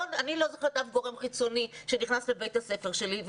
אני לא זוכרת אף גורם חיצוני שנכנס לבית הספר שלי,